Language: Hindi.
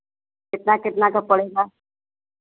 कितना कितना का पड़ेगा